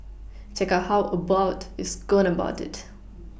check out how Abbott is going about it